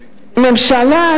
ממשלה,